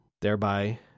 thereby